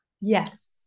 Yes